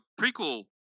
prequel